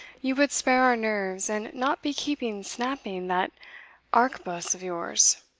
you would spare our nerves, and not be keeping snapping that arquebuss of yours.